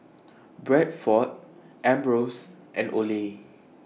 Bradford Ambros and Olay